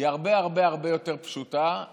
הרבה הרבה הרבה יותר פשוטה,